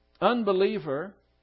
unbeliever